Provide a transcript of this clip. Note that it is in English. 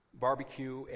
barbecue